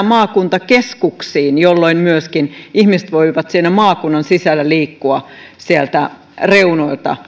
maakuntakeskuksiin jolloin ihmiset voivat myöskin siinä maakunnan sisällä liikkua vaikka sieltä reunoilta